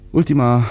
ultima